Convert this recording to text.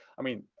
i mean,